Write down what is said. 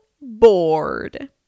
bored